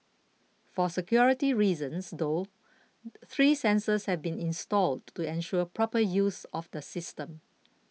for security reasons though three sensors have been installed to ensure proper use of the system